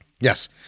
Yes